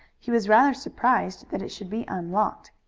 he was rather surprised that it should be unlocked.